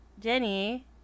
Jenny